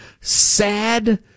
sad